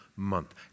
month